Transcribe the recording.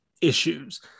issues